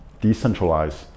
decentralized